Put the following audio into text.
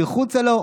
מחוצה לו,